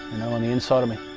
know on the inside of me